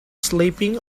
sleeping